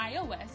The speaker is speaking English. iOS